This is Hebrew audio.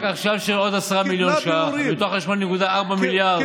רק עכשיו יש עוד 10 מיליון שקלים מתוך 8.4 מיליארד,